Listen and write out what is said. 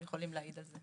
הם יכולים להעיד על זה,